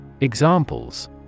Examples